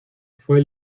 fue